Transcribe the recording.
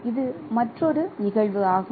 இது மற்றொரு நிகழ்வு ஆகும்